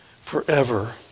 forever